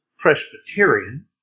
Presbyterian